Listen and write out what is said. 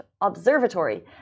Observatory